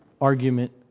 argument